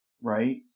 right